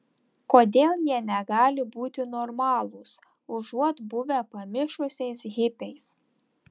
kodėl jie negali būti normalūs užuot buvę pamišusiais hipiais